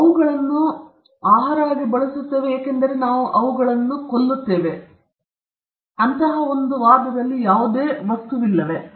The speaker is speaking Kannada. ನಾವು ಅವುಗಳನ್ನು ಆಹಾರವಾಗಿ ಬಳಸುತ್ತೇವೆ ಏಕೆಂದರೆ ನಾವು ಅವುಗಳನ್ನು ಕೊಲ್ಲುತ್ತಿದ್ದೇವೆ ಆದರೆ ಅಂತಹ ಒಂದು ವಾದದಲ್ಲಿ ಯಾವುದೇ ವಸ್ತುವಿಲ್ಲವೇ